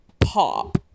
pop